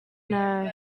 know